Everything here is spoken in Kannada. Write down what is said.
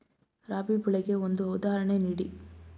ರಾಬಿ ಬೆಳೆಗೆ ಒಂದು ಉದಾಹರಣೆ ನೀಡಿ